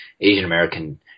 Asian-American